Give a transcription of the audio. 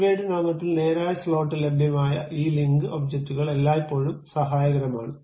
keyword നാമത്തിൽ നേരായ slot ലഭ്യമായ ഈ ലിങ്ക് ഒബ്ജക്റ്റുകൾ എല്ലായിപ്പോഴും സഹായകരമാണ്